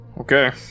Okay